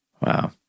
Wow